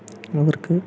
അവർക്ക്